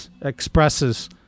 expresses